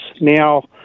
Now